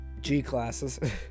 G-classes